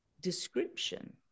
description